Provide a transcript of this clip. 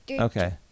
Okay